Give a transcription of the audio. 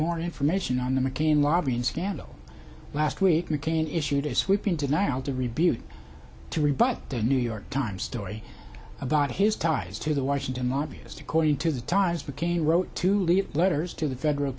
more information on the mccain lobbying scandal last week mccain issued a sweeping denial to rebute to rebut the new york times story about his ties to the washington lobbyist according to the times became wrote to lead letters to the federal